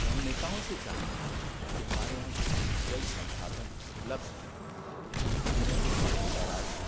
तो हम नेताओं से चाहते हैं कि हमारे यहाँ जो जल संसाधन उपलब्ध हैं इनमें वॉटर बैराज